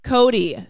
Cody